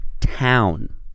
town